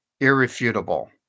irrefutable